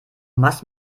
machst